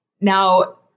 Now